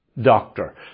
doctor